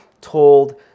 told